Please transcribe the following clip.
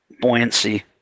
buoyancy